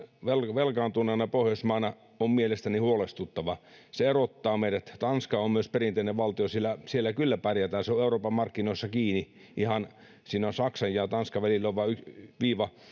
velkaantuneena pohjoismaana on mielestäni huolestuttava se erottaa meidät tanska on myös perinteinen valtio siellä siellä kyllä pärjätään se on euroopan markkinoissa ihan kiinni siinä saksan ja tanskan välillä on vain viiva